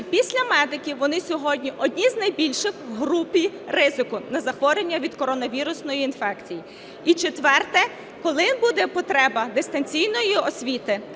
після медиків вони сьогодні одні з найбільших в групі ризику на захворювання від коронавірусної інфекції. І четверте. Коли буде потреба дистанційної освіти?